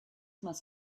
must